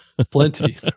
Plenty